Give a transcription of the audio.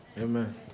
Amen